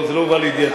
זה לא הובא לידיעתי.